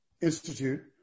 Institute